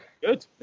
Good